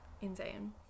insane